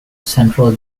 central